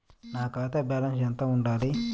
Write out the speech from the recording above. నా ఖాతా బ్యాలెన్స్ ఎంత ఉండాలి?